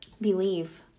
believe